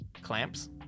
clamps